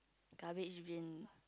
garbage bin